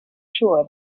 sure